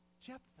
Jephthah